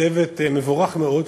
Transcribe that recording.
צוות מבורך מאוד,